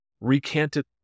recanted